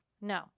no